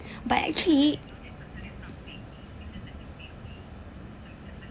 but actually